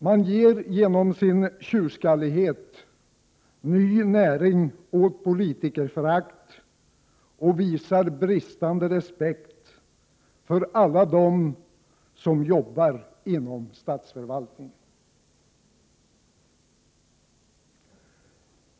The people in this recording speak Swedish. Man ger genom sin tjurskallighet ny näring åt politikerförakt och visar bristande respekt för alla dem som jobbar inom statsförvaltningen.